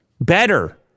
better